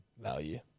value